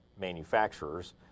manufacturers